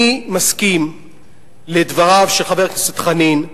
אני מסכים לדבריו של חבר הכנסת חנין,